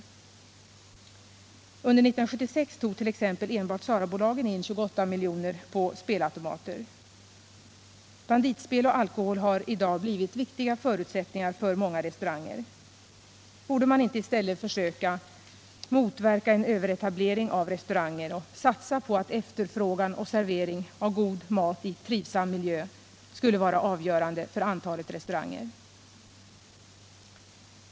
Under 1976 tog t.ex. enbart SARA-bolagen in 28 miljoner på spelautomater. Banditspel och alkohol har i dag blivit viktiga förutsättningar för många restauranger. Borde man inte i stället försöka motverka en överetablering av restauranger och satsa på att efterfrågan av servering av god mat i trivsam miljö skulle vara avgörande för antalet restauranger?